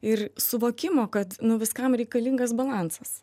ir suvokimo kad nu viskam reikalingas balansas